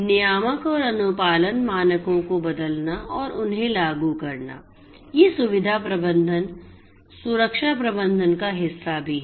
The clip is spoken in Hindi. नियामक और अनुपालन मानकों को बदलना और उन्हें लागू करना ये सुविधा प्रबंधन सुरक्षा प्रबंधन का हिस्सा भी हैं